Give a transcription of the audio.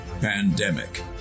Pandemic